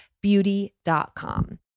beauty.com